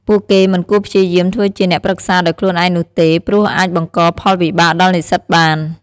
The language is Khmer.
ពួកគេមិនគួរព្យាយាមធ្វើជាអ្នកប្រឹក្សាដោយខ្លួនឯងនោះទេព្រោះអាចបង្កផលវិបាកដល់និស្សិតបាន។